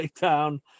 down